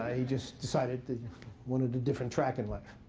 he just decided that he wanted a different track in life.